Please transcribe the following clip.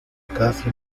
casi